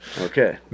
Okay